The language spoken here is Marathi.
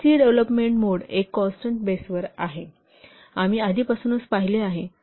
'c' डेव्हलोपमेंट मोड एक कॉन्स्टन्ट बेसवर आहे आम्ही आधीपासूनच पाहिले आहे